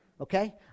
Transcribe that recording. okay